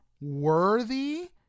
worthy